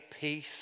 peace